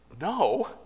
no